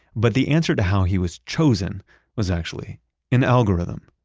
but the answer to how he was chosen was actually an algorithm,